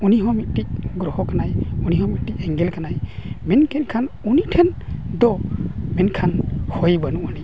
ᱩᱱᱤ ᱦᱚᱸ ᱢᱤᱫᱴᱤᱡ ᱜᱨᱚᱦᱚ ᱠᱟᱱᱟᱭ ᱩᱱᱤ ᱦᱚᱸ ᱢᱤᱫᱴᱤᱡ ᱮᱸᱜᱮᱞ ᱠᱟᱱᱟᱭ ᱢᱮᱱ ᱠᱮᱜ ᱠᱷᱟᱱ ᱩᱱᱤ ᱴᱷᱮᱱ ᱫᱚ ᱢᱮᱱᱠᱷᱟᱱ ᱦᱚᱭ ᱵᱟᱹᱱᱩᱜ ᱟᱹᱱᱤᱡ